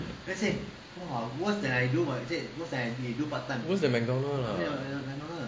worse than McDonald's lah